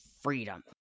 freedom